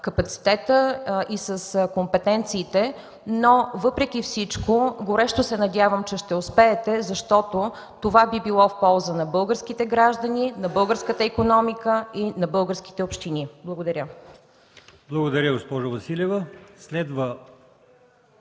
капацитета и с компетенциите, но въпреки всичко горещо се надявам, че ще успеете, защото това би било в полза на българските граждани, на българската икономика и на българските общини. Благодаря.